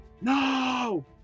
No